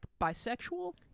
bisexual